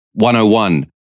101